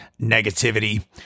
negativity